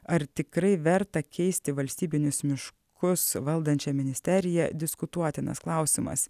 ar tikrai verta keisti valstybinius miškus valdančią ministeriją diskutuotinas klausimas